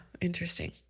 Interesting